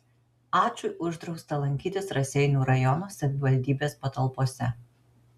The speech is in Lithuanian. ačui uždrausta lankytis raseinių rajono savivaldybės patalpose